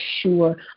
sure